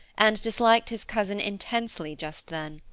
and disliked his cousin intensely just then.